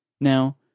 Now